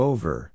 Over